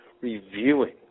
reviewing